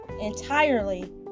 entirely